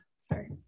sorry